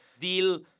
deal